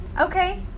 Okay